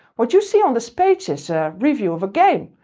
what you see on this page is a review of a game.